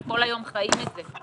הם כל היום חיים את זה.